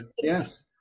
yes